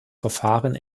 verfahren